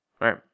Right